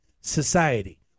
society